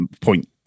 point